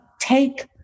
take